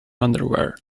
underwear